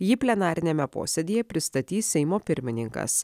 jį plenariniame posėdyje pristatys seimo pirmininkas